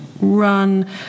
run